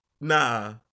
nah